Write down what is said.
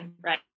right